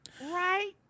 Right